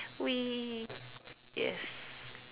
!whee! yes